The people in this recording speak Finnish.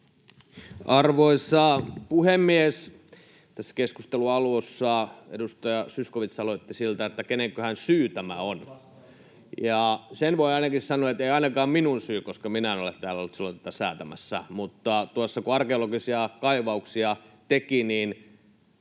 Arvoisa puhemies! Tässä keskustelun alussa edustaja Zyskowicz aloitti siitä, kenenköhän syy tämä on. Ja sen voi ainakin sanoa, ettei ainakaan minun syyni, koska minä en ole ollut silloin tätä säätämässä. Mutta tuossa kun arkeologisia kaivauksia teki, niin